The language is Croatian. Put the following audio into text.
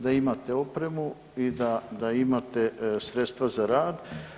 Da imate opremu i da imate sredstva za rad.